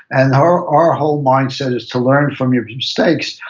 and our our whole mindset is to learn from your mistakes,